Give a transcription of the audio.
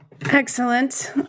Excellent